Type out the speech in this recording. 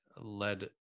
led